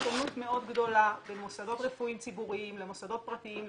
יש שונות מאוד גדולה בין מוסדות רפואיים ציבוריים למוסדות פרטיים,